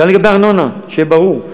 גם לגבי ארנונה, שיהיה ברור.